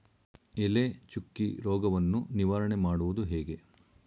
ಎಲೆ ಚುಕ್ಕಿ ರೋಗವನ್ನು ನಿವಾರಣೆ ಮಾಡುವುದು ಹೇಗೆ?